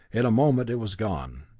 in a moment it was gone,